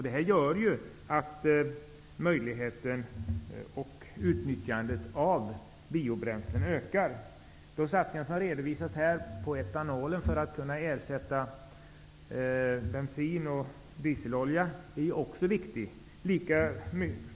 Detta medför att möjligheterna att utnyttja biobränslen ökar. De satsningar som här har redovisats för att etanol skall kunna ersätta bensin och dieselolja är också viktiga.